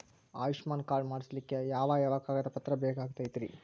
Ayushman card ಮಾಡ್ಸ್ಲಿಕ್ಕೆ ಯಾವ ಯಾವ ಕಾಗದ ಪತ್ರ ಬೇಕಾಗತೈತ್ರಿ?